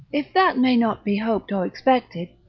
if that may not be hoped or expected,